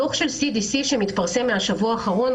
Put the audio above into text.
דוח של ה-CDC שמתפרסם בשבוע האחרון,